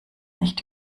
nicht